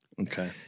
Okay